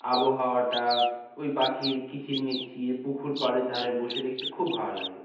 আবহাওয়াটা ওই পাখির কিচিরমিচির পুকুর পাড়ের ধারে বসে দেখতে খুব ভালো লাগে